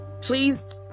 please